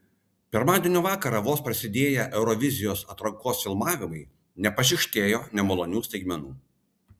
pirmadienio vakarą vos prasidėję eurovizijos atrankos filmavimai nepašykštėjo nemalonių staigmenų